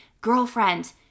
girlfriend